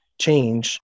change